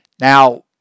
Now